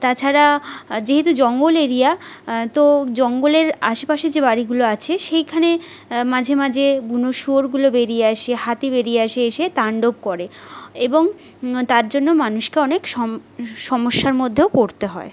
তাছাড়া যেহেতু জঙ্গল এরিয়া তো জঙ্গলের আশেপাশে যে বাড়িগুলো আছে সেইখানে মাঝে মাঝে বুনো শুয়োরগুলো বেরিয়ে আসে হাতি বেরিয়ে আসে এসে তাণ্ডব করে এবং তার জন্য মানুষকে অনেক সমস্যার মধ্যেও পড়তে হয়